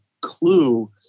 clue